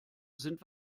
sind